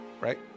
Right